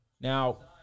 Now